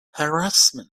harassment